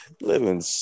Living